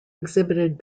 exhibited